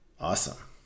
Awesome